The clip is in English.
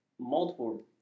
multiple